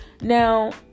Now